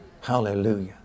Hallelujah